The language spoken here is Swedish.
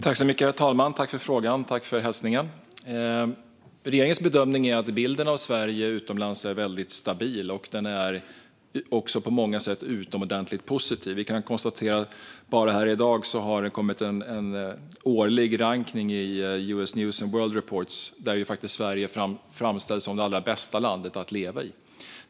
Herr talman! Jag tackar för frågan och hälsningen. Regeringens bedömning är att bilden av Sverige utomlands är väldigt stabil och på många sätt även utomordentligt positiv. Vi kan konstatera att Sverige senast i dag framställs som det allra bästa landet att leva i enligt US News & World Reports årliga rankning.